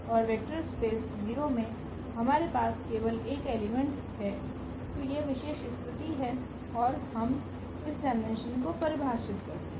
और vector space 0 में हमारे पास केवल एक एलिमेंट है तो यह विशेष स्थिति है ओर हम इस डायमेंशन को परिभाषित करते है